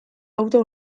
auto